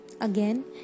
Again